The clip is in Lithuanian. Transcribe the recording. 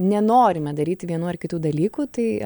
nenorime daryti vienų ar kitų dalykų tai